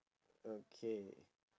okay